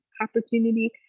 opportunity